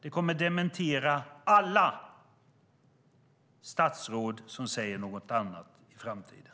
Det kommer att fungera som en dementi om andra statsråd säger något annat i framtiden.